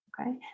Okay